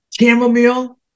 Chamomile